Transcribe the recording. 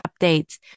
updates